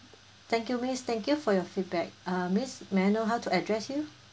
thank you miss thank you for your feedback uh miss may I know how to address you